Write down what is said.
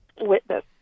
witness